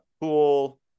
pool